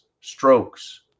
strokes